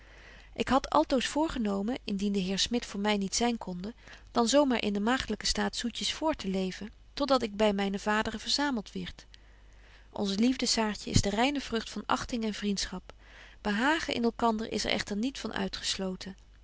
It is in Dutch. ik had altoos voorgenomen indien de heer smit voor my niet zyn konde dan zo maar in den maagdelyken staat zoetjes voort te leven tot dat ik by myne vaderen verzamelt wierd onze liefde saartje is de reine vrucht van achting en vriendschap behagen in elkander is er echter niet van uitgesloten